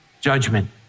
judgment